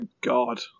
god